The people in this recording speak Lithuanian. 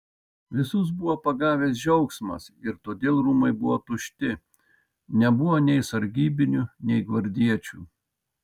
visus buvo pagavęs džiaugsmas ir todėl rūmai buvo tušti nebuvo nei sargybinių nei gvardiečių